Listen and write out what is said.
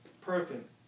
perfect